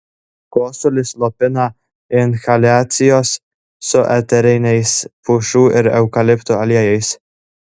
kosulį slopina inhaliacijos su eteriniais pušų ir eukaliptų aliejais